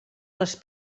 les